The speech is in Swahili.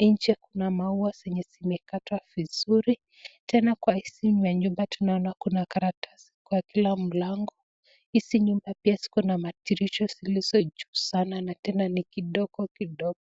nje kuna maua zenye zimekatwa vizuri, tena kwa hizi manyumba tunaona kuna karatasi kwa kila mlango, hizi nyumba pia ziko na madirisha zilizo juu sana na tena ni kidogo kidogo.